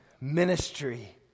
ministry